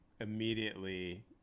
immediately